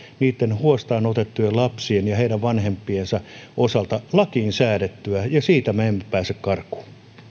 niiden huostaan otettujen lapsien ja heidän vanhempiensa osalta lakiin säädettyä ja siitä me emme pääse karkuun